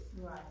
Right